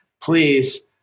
please